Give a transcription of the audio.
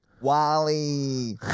Wally